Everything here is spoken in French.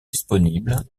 disponible